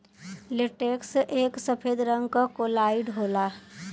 latex एक सफेद रंग क कोलाइड होला